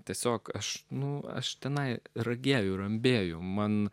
tiesiog aš nu aš tenai rageliu rambėju man